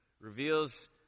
Reveals